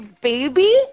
Baby